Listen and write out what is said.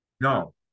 No